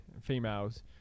females